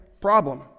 problem